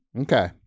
Okay